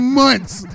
months